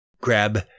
grab